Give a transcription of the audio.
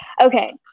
Okay